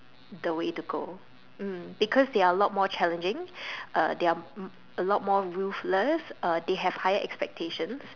the way to go because mm they are a lot more challenging uh they are a lot more ruthless uh they have higher expectations